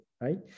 Right